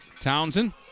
Townsend